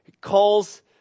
calls